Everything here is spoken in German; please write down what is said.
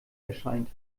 erscheint